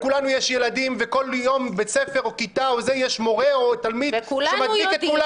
לכולנו יש ילדים וכל יום לימודים יש מורה או תלמיד שמדביק את כולם